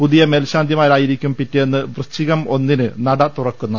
പുതിയ മേൽശാന്തിമാർായിരിക്കും പിറ്റേന്ന് വൃശ്ചികം ഒന്നിന് നട തുറക്കുന്നത്